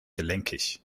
gelenkig